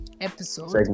episode